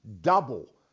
double